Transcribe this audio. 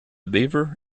beaver